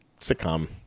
sitcom